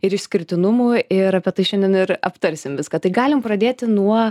ir išskirtinumų ir apie tai šiandien ir aptarsim viską tai galim pradėti nuo